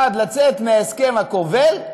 מצד אחד, לצאת מההסכם הכובל,